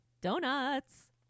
Donuts